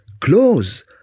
close